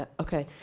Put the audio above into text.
ah ok.